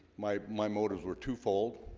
my my motives were twofold.